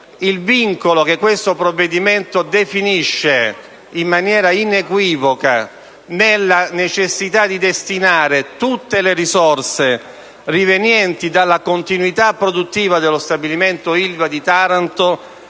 il vincolo, che questo provvedimento definisce in maniera inequivoca, di destinare tutte le risorse rivenienti dalla continuità produttiva dello stabilimento Ilva di Taranto